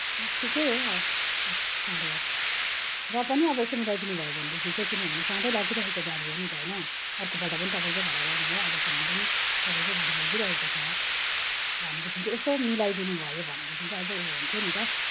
ठिकै हो आठ आठ साढे आठ र पनि अब यसो मिलाइदिनु भयो भनेदेखि चाहिँ किनभने सधैँ लगिरहेको गाडी हो नि त होइन अर्कोपल्ट पनि तपाईँकोबाट गर्ने हो अहिलेसम्म पनि तपाईँकै गाडी लगिरहेकै छ भनेदेखि चाहिँ यसो मिलाई दिनुभयो भनेदेखि चाहिँ अझै उयो हुन्थ्यो नि त